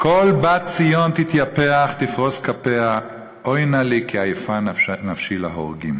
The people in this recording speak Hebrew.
"קול בת ציון תתיפח תפרשֹ כנפיה אוי נא לי כי עיְפה נפשי להֹרגים